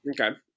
Okay